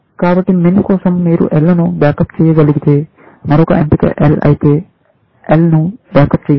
కాబట్టి MIN కోసం మీరు L ను బ్యాకప్ చేయగలిగితే మరొక ఎంపిక L అయితే L ను బ్యాకప్ చేయండి